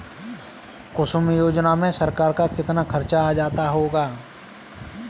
कुसुम योजना में सरकार का कितना खर्चा आ जाता होगा